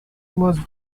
was